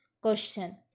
Question